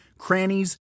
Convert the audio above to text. crannies